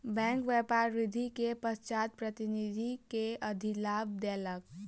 bank व्यापार वृद्धि के पश्चात प्रतिनिधि के अधिलाभ देलक